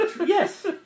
yes